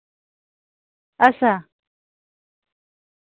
अच्छा